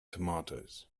tomatoes